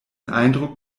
eindruck